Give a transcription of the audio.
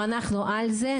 ואנחנו על זה.